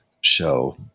show